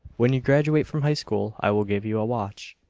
when you graduate from high school i will give you a watch.